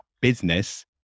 business